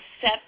set